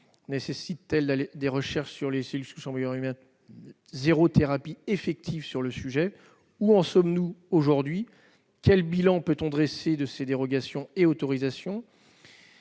nécessitent-elles des recherches sur les cellules souches embryonnaires humaines ? Il n'y a aucune thérapie effective en la matière. Où en sommes-nous aujourd'hui ? Quel bilan peut-on dresser de ces dérogations et autorisations ?